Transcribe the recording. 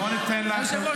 היושב-ראש,